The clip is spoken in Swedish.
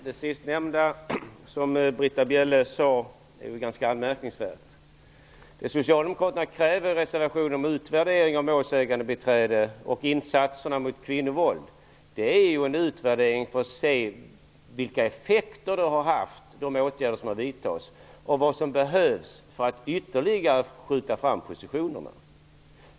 Herr talman! Det sista som Britta Bjelle sade är ganska anmärkningsvärt. I reservationerna om utvärdering av lagen om målsägandebiträde och om insatserna mot kvinnovåld kräver socialdemokraterna en utvärdering för att se vilka effekter de åtgärder som har vidtagits har haft och vad som behövs för att ytterligare flytta fram positionerna.